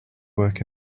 work